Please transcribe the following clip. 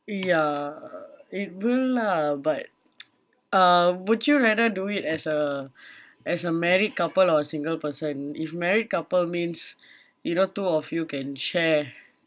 ya it will lah but uh would you rather do it as a as a married couple or a single person if married couple means you know two of you can share